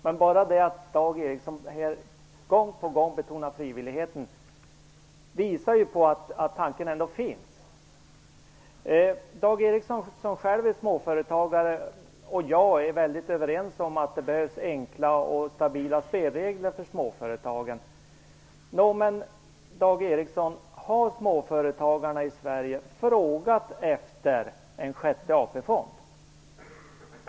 Men bara det faktum att Dag Ericson gång på gång betonar frivilligheten visar att tanken ändå finns. Dag Ericson, som själv är småföretagare, och jag är överens om att det behövs enkla och stabila spelregler för småföretagen. Men har småföretagarna i Sverige frågat efter en sjätte AP-fond?